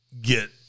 get